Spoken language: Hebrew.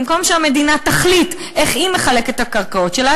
במקום שהמדינה תחליט איך היא מחלקת את הקרקעות שלה,